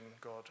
God